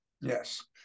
Yes